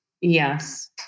Yes